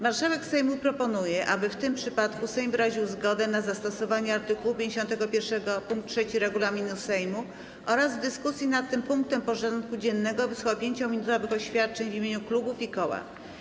Marszałek Sejmu proponuje, aby w tym przypadku Sejm wyraził zgodę na zastosowanie art. 51 pkt 3 regulaminu Sejmu oraz w dyskusji nad tym punktem porządku dziennego wysłuchał 5-minutowych oświadczeń w imieniu klubów i koła.